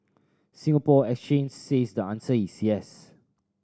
Singapore Exchange says the answer is yes